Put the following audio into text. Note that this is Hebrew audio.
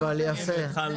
יפה.